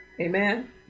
Amen